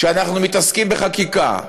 כשאנחנו מתעסקים בחקיקה,